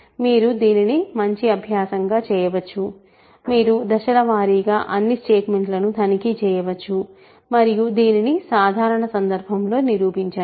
మీరు దీన్ని మంచి అభ్యాసం గా చేయవచ్చు మీరు దశల వారీగా అన్ని స్టేట్మెంట్లను తనిఖీ చేయవచ్చు మరియు దీనిని సాధారణ సందర్భంలో నిరూపించండి